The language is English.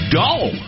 dull